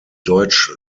deutsch